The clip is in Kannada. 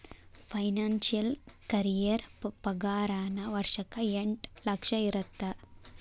ಫೈನಾನ್ಸಿಯಲ್ ಕರಿಯೇರ್ ಪಾಗಾರನ ವರ್ಷಕ್ಕ ಎಂಟ್ ಲಕ್ಷ ಇರತ್ತ